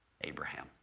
Abraham